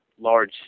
large